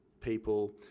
people